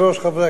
חברי הכנסת,